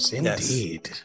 indeed